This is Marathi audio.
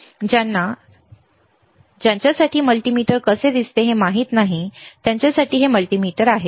ज्यांना त्यांच्यासाठी मल्टीमीटर कसे दिसते हे माहित नाही त्यांच्यासाठी हे मल्टीमीटर आहे